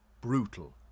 brutal